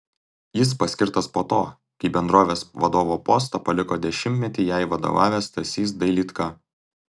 jis paskirtas po to kai bendrovės vadovo postą paliko dešimtmetį jai vadovavęs stasys dailydka